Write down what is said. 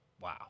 Wow